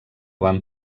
van